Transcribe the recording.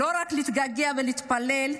לא רק להתגעגע ולהתפלל,